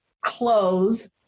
close